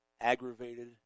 aggravated